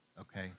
okay